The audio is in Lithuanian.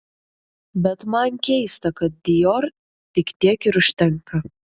bet man keista kad dior tik tiek ir užtenka